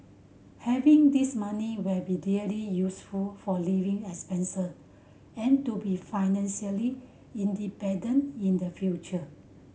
having this money will be really useful for living expense and to be financially independent in the future